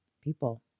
people